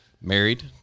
married